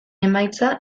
emaitza